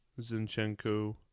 Zinchenko